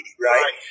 right